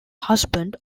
husband